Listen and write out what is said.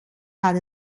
had